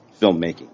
filmmaking